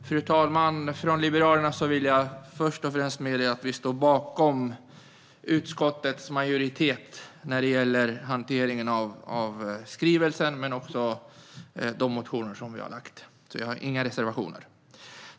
Fru talman! Först och främst vill jag meddela att Liberalerna står bakom utskottsmajoritetens hantering av skrivelsen samt de motioner som vi har lagt fram. Vi har inga reservationer.